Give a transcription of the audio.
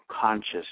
conscious